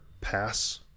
pass